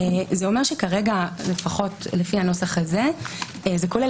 זה אומר שכרגע לפחות לפי הנוסח הזה זה כולל